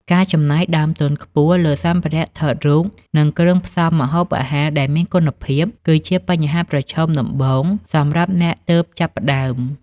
ការចំណាយដើមទុនខ្ពស់លើសម្ភារៈថតរូប និងគ្រឿងផ្សំម្ហូបអាហារដែលមានគុណភាព គឺជាបញ្ហាប្រឈមដំបូងសម្រាប់អ្នកទើបចាប់ផ្តើម។